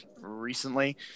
recently